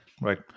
right